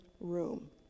room